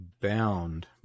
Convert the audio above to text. bound